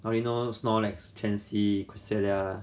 perino snorlax chansey quesadilla